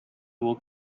will